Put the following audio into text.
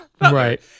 Right